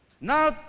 now